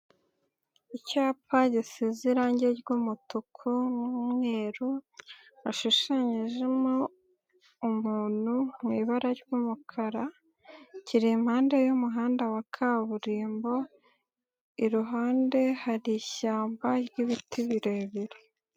Icyapa gisize irangi ry'umutuku n'umweru, hashushanyijemo umuntu mu ibara ry'umukara, kiri impande y'umuhanda wa kaburimbo, iruhande hari ishyamba ry'ibiti birebire.